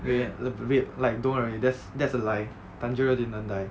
wait like don't worry that's a lie tanjiro didn't die